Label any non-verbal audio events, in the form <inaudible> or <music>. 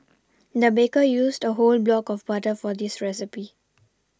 <noise> the baker used a whole block of butter for this recipe